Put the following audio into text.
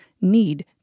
need